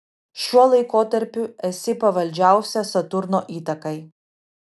šiuo laikotarpiu esi pavaldžiausia saturno įtakai